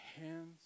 hands